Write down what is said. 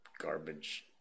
garbage